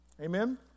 Amen